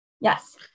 Yes